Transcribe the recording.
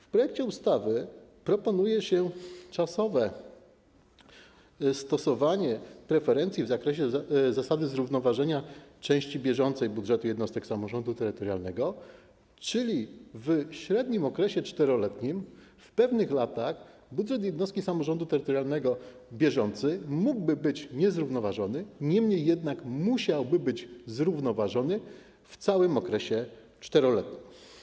W projekcie ustawy proponuje się czasowe stosowanie preferencji w zakresie zasady zrównoważenia części bieżącej budżetu jednostek samorządu terytorialnego, czyli w średnim okresie czteroletnim w pewnych latach bieżący budżet jednostki samorządu terytorialnego mógłby być niezrównoważony, niemniej jednak musiałby być zrównoważony w całym okresie czteroletnim.